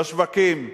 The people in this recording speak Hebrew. בשווקים,